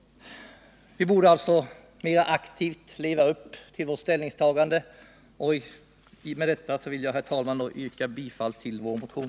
Vi borde alltså mer aktivt leva upp till vårt ställningstagande. Med detta vill jag, herr talman, yrka bifall till vår motion.